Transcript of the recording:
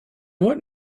what